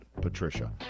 Patricia